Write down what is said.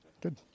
Good